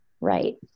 right